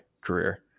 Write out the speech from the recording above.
career